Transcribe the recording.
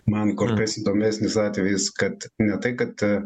man kur kas įdomesnis atvejis kad ne tai kad